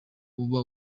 uba